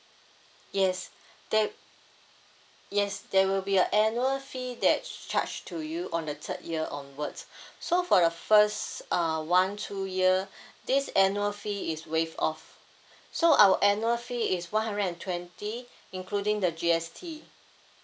yes that yes there will be a annual fee that charge to you on the third year onwards so for the first uh one two year this annual fee is waived off so our annual fee is one hundred and twenty including the G_S_T